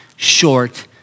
short